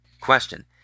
Question